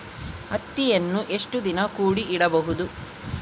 ಹತ್ತಿಯನ್ನು ಎಷ್ಟು ದಿನ ಕೂಡಿ ಇಡಬಹುದು?